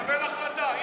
אל תברח, תקבל החלטה.